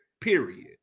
period